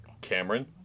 Cameron